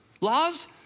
Laws